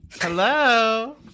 Hello